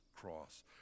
cross